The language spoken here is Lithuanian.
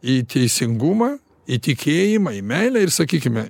į teisingumą į tikėjimą į meilę ir sakykime